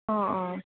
অঁ অঁ